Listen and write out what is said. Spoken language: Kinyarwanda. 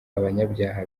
abanyabyaha